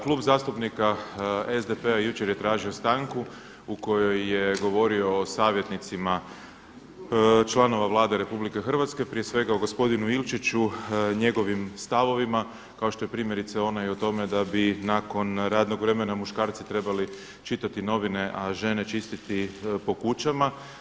Klub zastupnika SDP-a jučer je tražio stanku u kojoj je govorio o savjetnicima članova Vlade RH prije svega o gospodinu Ilčiću, njegovim stavovima, kao što je primjerice onaj o tome da bi nakon radnog vremena muškarci trebali čitati novine, a žene čistiti po kućama.